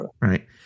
right